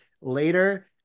later